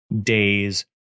days